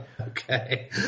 Okay